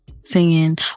singing